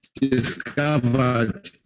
discovered